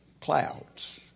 clouds